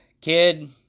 Kid